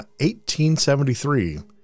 1873